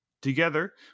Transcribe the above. Together